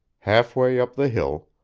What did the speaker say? half way up the hill,